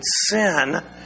sin